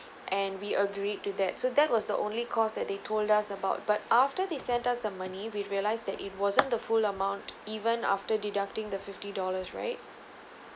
and we agreed to that so that was the only cost that they told us about but after they sent us the money we realized that it wasn't the full amount even after deducting the fifty dollars right